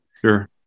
sure